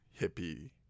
hippie